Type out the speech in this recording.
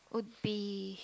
would be